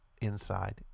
inside